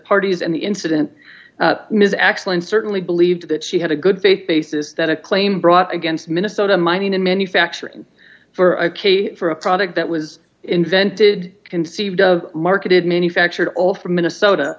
parties and the incident is actually in certainly believed that she had a good faith basis that a claim brought against minnesota mining and manufacturing for a case for a product that was invented conceived of marketed manufactured all from minnesota